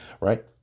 right